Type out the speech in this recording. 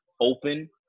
open